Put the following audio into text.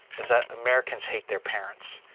is that americans hate their parents.